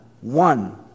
one